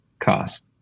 cost